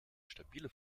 stabile